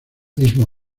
mismo